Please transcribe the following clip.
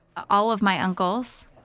all of my uncles,